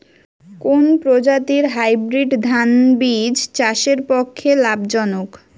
কোন প্রজাতীর হাইব্রিড ধান বীজ চাষের পক্ষে লাভজনক?